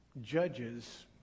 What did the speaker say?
judges